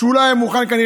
הוא לא היה מוכן לחשוף,